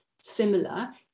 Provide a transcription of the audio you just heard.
similar